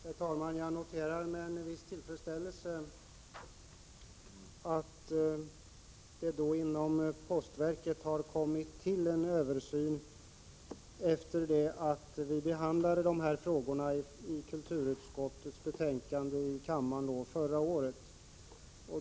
Herr talman! Jag noterar med viss tillfredsställelse att det inom postverket kommit till en översyn efter det att vi behandlade de här frågorna i kulturutskottet och kammaren förra året.